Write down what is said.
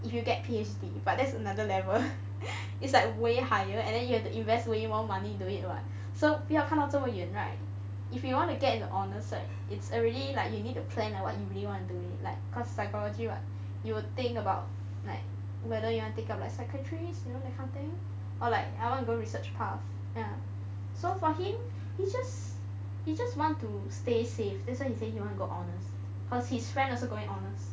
if you get P_H_D but that's another level it's like way higher and then you have to invest way more money into it [what] so 不要看到这么远 right if you want to get an honours cert it's already like you need to plan on what you really want to do like cause psychology what you would think about like whether you want take up like secretaries you know like that kind of thing or like I wanna go research path ya so for him he just he just want to stay safe that's why he say he want to go honours cause his friend also going honours